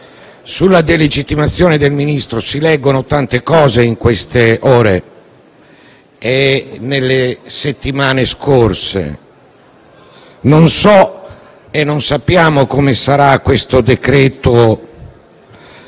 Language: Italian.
sulla delegittimazione del Ministro si sono lette tante cose in queste ore e nelle settimane scorse. Non so e non sappiamo come sarà il decreto